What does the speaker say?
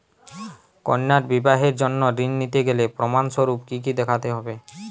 কন্যার বিবাহের জন্য ঋণ নিতে গেলে প্রমাণ স্বরূপ কী কী দেখাতে হবে?